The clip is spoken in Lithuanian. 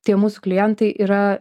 tie mūsų klientai yra